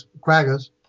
quaggas